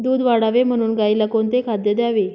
दूध वाढावे म्हणून गाईला कोणते खाद्य द्यावे?